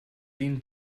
denen